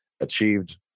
achieved